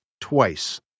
twice